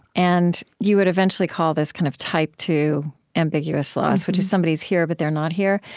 and you would eventually call this kind of type-two ambiguous loss, which is, somebody's here, but they're not here.